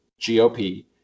GOP